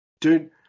Dude